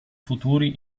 futuri